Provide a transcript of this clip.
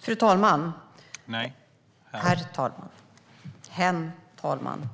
Fru talman! Nej, jag menar herr talman.